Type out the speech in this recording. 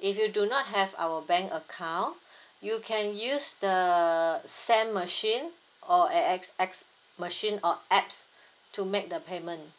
if you do not have our bank account you can use the SEM machine or A_X_S machine or apps to make the payment